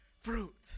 fruit